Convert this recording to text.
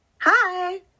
hi